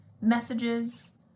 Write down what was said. messages